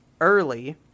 early